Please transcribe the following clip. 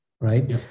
right